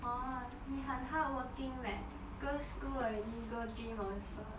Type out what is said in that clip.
orh 你很 hardworking leh girls school already go gym also